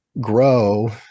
grow